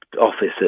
officers